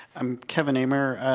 i'm kevin amer,